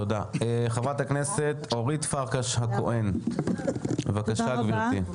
חברת הכנסת אורית פרקש הכהן, בבקשה גברתי.